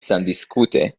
sendiskute